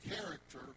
Character